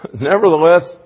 Nevertheless